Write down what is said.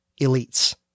elites